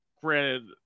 granted